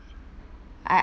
I